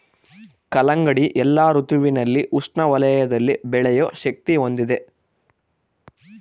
ಕಲ್ಲಂಗಡಿ ಎಲ್ಲಾ ಋತುವಿನಲ್ಲಿ ಉಷ್ಣ ವಲಯದಲ್ಲಿ ಬೆಳೆಯೋ ಶಕ್ತಿ ಹೊಂದಿದೆ